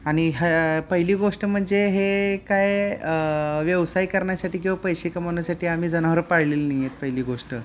आणि हे पहिली गोष्ट म्हणजे हे काय व्यवसाय करण्यासाठी किंवा पैसे कमावण्यासाठी आम्ही जनावरं पाळलेली नाही आहेत पहिली गोष्ट